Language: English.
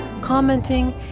commenting